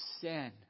sin